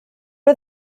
are